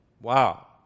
Wow